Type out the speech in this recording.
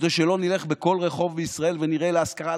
כדי שלא נלך בכל רחוב בישראל ונראה "להשכרה",